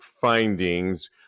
findings